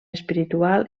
espiritual